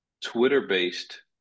twitter-based